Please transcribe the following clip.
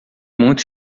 muito